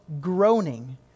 groaning